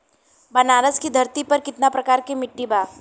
बनारस की धरती पर कितना प्रकार के मिट्टी बा?